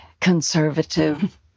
Conservative